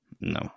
No